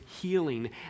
healing